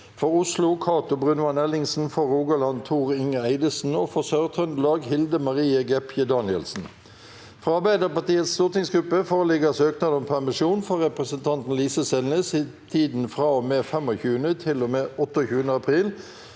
For Oslo: Cato Brunvand Ellingsen For Rogaland: Tor Inge Eidesen For Sør-Trøndelag: Hilde Marie Gaebpie Danielsen Fra Arbeiderpartiets stortingsgruppe foreligger søknad om permisjon for representanten Lise Selnes i tiden fra og med 25. april til og med 28. april